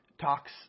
talks